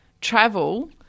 travel